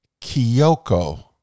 Kyoko